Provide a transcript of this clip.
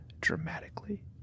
dramatically